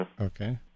Okay